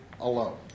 alone